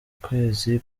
kwezi